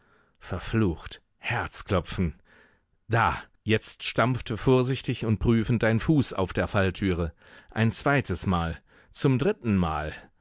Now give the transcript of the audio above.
verflucht herzklopfen da jetzt stampfte vorsichtig und prüfend ein fuß auf der falltüre ein zweitesmal zum drittenmal